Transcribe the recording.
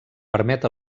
permet